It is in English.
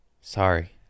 Sorry